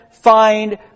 find